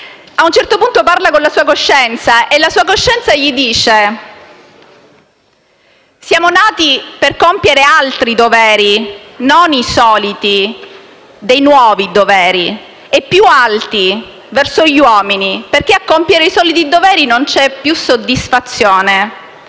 a un certo punto parla con la sua coscienza, che gli dice che siamo nati per compiere «altri doveri, non i soliti, altri, dei nuovi doveri, e più alti, verso gli uomini, perché a compiere i soliti non c'è soddisfazione.